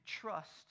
trust